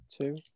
two